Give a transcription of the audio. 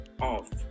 off